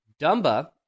Dumba